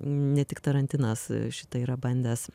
ne tik tarantinas šitai yra bandęs